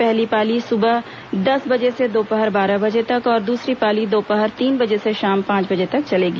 पहली पाली सुबह दस बजे से दोपहर बारह बजे तक और दूसरी पाली दोपहर तीन बजे से शाम पांच बजे तक चलेगी